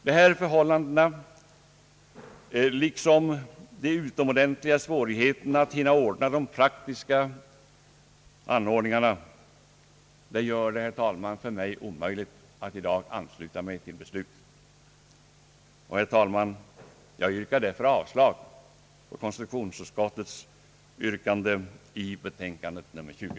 Dessa förhållanden liksom de utomordentliga svårigheterna att hinna ordna de praktiska anordningarna gör det för mig, herr talman, omöjligt att i dag ansluta mig till beslutet. Herr talman! Jag yrkar därför avslag på konstitutionsutskottets hemställan i betänkandet nr 20.